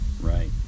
Right